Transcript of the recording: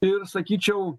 ir sakyčiau